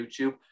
youtube